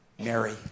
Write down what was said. Mary